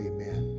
Amen